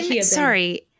sorry